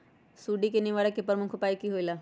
सुडी के निवारण के प्रमुख उपाय कि होइला?